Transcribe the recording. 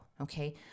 okay